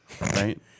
right